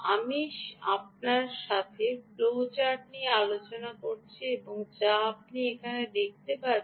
আমি আপনার সাথে ফ্লো চার্ট নিয়ে আলোচনা করেছি যা আপনি এখন দেখতে পাচ্ছেন